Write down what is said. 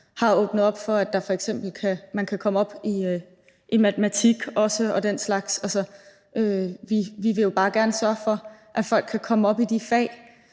har åbnet for, at man f.eks. kan komme op i matematik også og den slags. Vi vil jo bare gerne sørge for, at folk kan komme op i de fag,